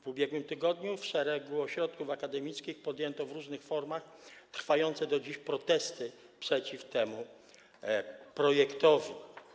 W ubiegłym tygodniu w szeregu ośrodków akademickich podjęto w różnych formach trwające do dziś protesty przeciw temu projektowi.